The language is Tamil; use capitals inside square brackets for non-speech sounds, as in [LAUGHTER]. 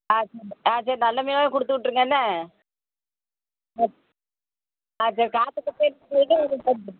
ஆ சே ஆ சரி நல்ல மீனாகவே கொடுத்து விட்ருங்க என்ன ஆ சரி காசு [UNINTELLIGIBLE]